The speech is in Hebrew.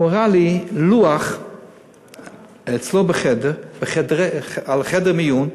והוא הראה לי לוח אצלו בחדר, נתונים על חדר המיון,